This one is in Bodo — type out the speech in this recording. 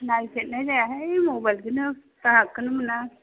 नायफेरनाय जायाहाय मबाइलखौनो बाहागखौनो मोना